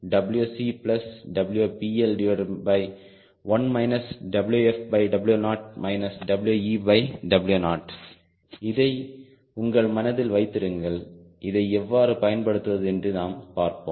W0WCWPL1 இதை உங்கள் மனதின் வைத்திருங்கள் இதை எவ்வாறு பயன்படுத்துவது என்று நாம் பார்ப்போம்